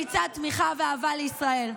במצעד תמיכה ואהבה לישראל.